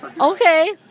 Okay